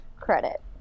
credit